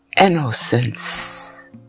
innocence